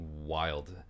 wild